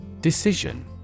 Decision